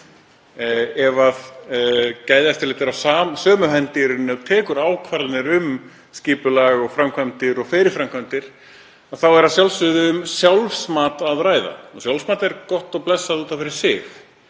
Ef gæðaeftirlit er í höndum þess sem tekur ákvarðanir um skipulag og framkvæmdir, og fer í framkvæmdir, er að sjálfsögðu um sjálfsmat að ræða. Sjálfsmat er gott og blessað út af fyrir sig